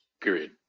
period